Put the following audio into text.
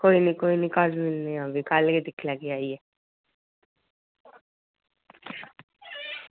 कोई नी कोई नी कल मिलने आं कल गै दिक्खी लैगै आइयै